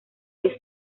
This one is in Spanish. que